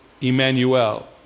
Emmanuel